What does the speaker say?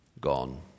Gone